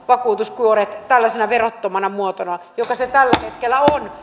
vakuutuskuoret tällaisena verottomana muotona joka se tällä hetkellä on